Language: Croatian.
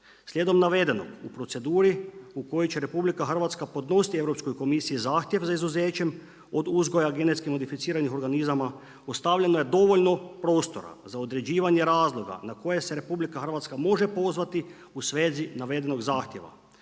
Slijedom navedenog , u proceduri u kojoj će RH podnositi Europskoj komisiji zahtjev za izuzeće od uzgoja GMO-a ostavljeno je dovoljno prostora za određivanje razloga na koje se RH može pozvati u svezi navedenog zahtjeva.